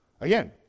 Again